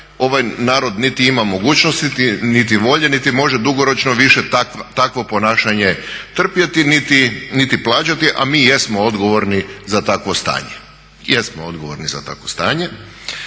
ovaj narod niti ima mogućnosti, niti volje, niti može dugoročno više takvo ponašanje trpjeti, niti plaćati a mi jesmo odgovorni za takvo stanje,